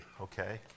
okay